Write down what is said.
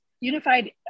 Unified